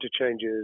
interchanges